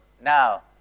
Now